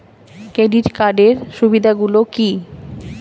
Credit কার্ডের সুবিধা গুলো কি?